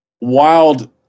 wild